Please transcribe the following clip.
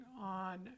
on